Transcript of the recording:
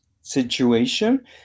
situation